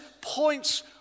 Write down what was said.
points